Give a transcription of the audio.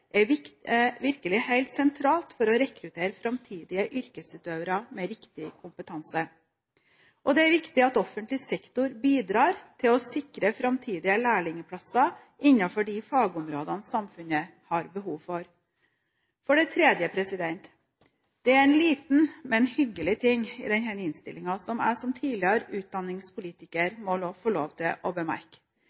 virkelig helt sentralt for å rekruttere framtidige yrkesutøvere med riktig kompetanse. Det er viktig at offentlig sektor bidrar til å sikre framtidige lærlingplasser innenfor de fagområdene samfunnet har behov for. For det tredje: Det er en liten, men hyggelig ting i denne innstillingen som jeg som tidligere utdanningspolitiker må få lov til å bemerke.